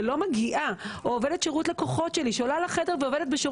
שלא מגיעה או עובדת שירות לקוחות שלי שעולה לחדר ועובדת בשירות לקוחות,